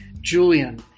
Julian